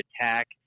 attack